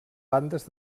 bandes